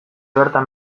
bertan